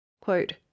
Quote